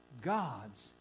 God's